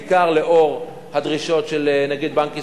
בעיקר בעקבות הדרישות של נגיד בנק ישראל,